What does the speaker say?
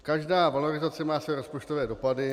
Každá valorizace má své rozpočtové dopady.